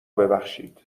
ببخشید